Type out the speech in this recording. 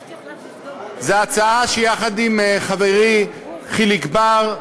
זו הצעה שאני מגיש עם חברי חיליק בר,